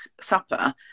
supper